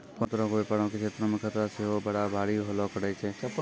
कोनो तरहो के व्यपारो के क्षेत्रो मे खतरा सेहो बड़ा भारी होलो करै छै